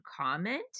comment